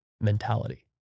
mentality